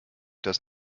das